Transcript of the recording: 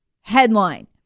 Headline